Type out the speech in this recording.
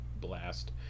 blast